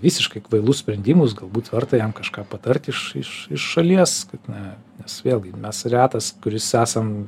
visiškai kvailus sprendimus galbūt verta jam kažką patart iš iš iš šalies kad na nes vėlgi mes retas kuris esam